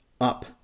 up